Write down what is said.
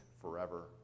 forever